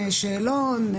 יש שאלון,